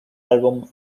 álbum